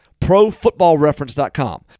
profootballreference.com